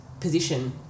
position